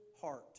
heart